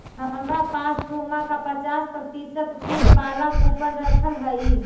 हमरा पास पुमा का पचास प्रतिशत छूट वाला कूपन रखल हई